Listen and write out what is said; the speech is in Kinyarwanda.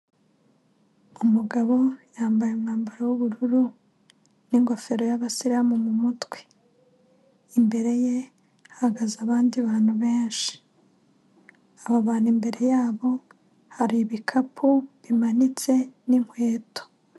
Umugabo yambaye umwambaro w'ubururu n'ingofero y'abasilamu mu mutwe, imbere ye hahagaze abandi bantu benshi, aba bantu imbere yabo, hari ibikapu bimanitse n'inkweto.